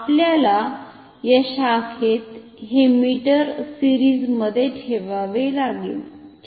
तर आपल्याला या शाखेत हे मीटर सिरिज मध्ये ठेवावे लागेल